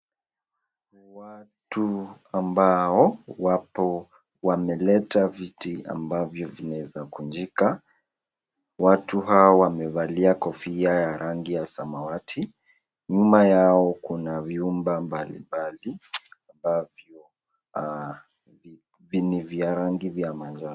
Watu ambao wapo wameleta viti ambavyo vinaeza kunjika. Watu hawa wamevalia kofia ya rangi ya samawati, nyuma yao kuna vyumba mbali mbali ni vya rangi ya manjano.